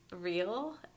real